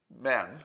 men